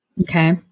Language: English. okay